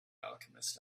alchemist